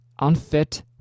unfit